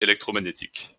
électromagnétiques